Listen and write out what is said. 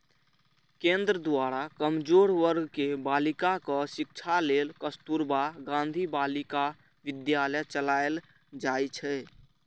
केंद्र द्वारा कमजोर वर्ग के बालिकाक शिक्षा लेल कस्तुरबा गांधी बालिका विद्यालय चलाएल जाइ छै